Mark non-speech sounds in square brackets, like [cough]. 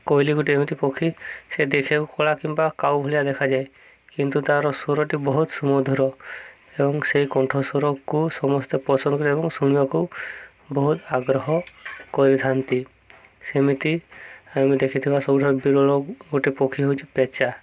କୋଇଲି ଗୋଟେ ଏମିତି ପକ୍ଷୀ ସେ ଦେଖିବାକୁ କଳା କିମ୍ବା କାଉ ଭଳିଆ ଦେଖାଯାଏ କିନ୍ତୁ ତା'ର ସ୍ୱରଟି ବହୁତ ସୁମଧୁର ଏବଂ ସେହି କଣ୍ଠ ସ୍ୱରକୁ ସମସ୍ତେ ପସନ୍ଦ [unintelligible] ଏବଂ ଶୁଣିବାକୁ ବହୁତ ଆଗ୍ରହ କରିଥାନ୍ତି ସେମିତି ଆମେ ଦେଖିଥିବା ସବୁଠାରୁ ବିରଳ ଗୋଟେ ପକ୍ଷୀ ହେଉଛି ପେଚା